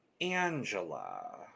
Angela